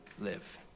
live